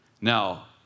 Now